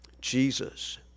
Jesus